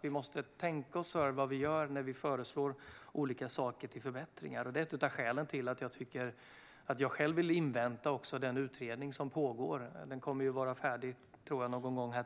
Vi måste därför tänka oss för vad vi gör när vi föreslår olika förbättringar. Det är ett av skälen till att jag själv vill invänta den utredning som pågår. Den kommer att vara färdig